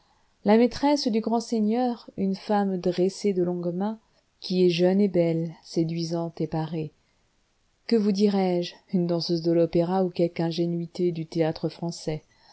la maîtresse du grand seigneur une femme dressée de longue main qui est jeune et belle séduisante et parée que vous dirai-je une danseuse de l'opéra ou quelque ingénuité du